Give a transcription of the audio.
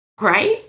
Right